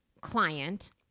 client